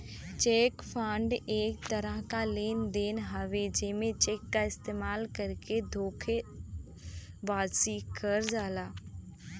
check fraud एक तरह क लेन देन हउवे जेमे चेक क इस्तेमाल करके धोखेबाजी करल जाला